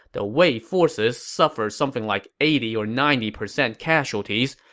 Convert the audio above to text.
the wei forces suffered something like eighty or ninety percent casualties,